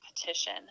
petition